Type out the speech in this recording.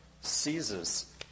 seizes